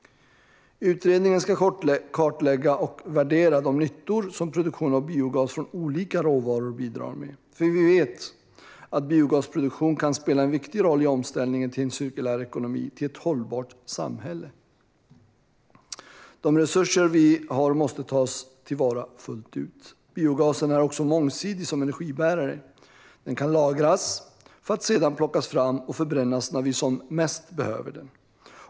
Utredningen ska kartlägga och värdera de nyttor som produktion av biogas från olika råvaror bidrar med. Vi vet att biogasproduktion kan spela en viktig roll i omställningen till en cirkulär ekonomi och ett hållbart samhälle. De resurser vi har måste tas till vara fullt ut. Biogasen är också mångsidig som energibärare. Den kan lagras för att sedan plockas fram och förbrännas när vi som mest behöver den.